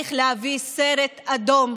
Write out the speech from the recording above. צריך להביא סרט אדום,